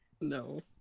No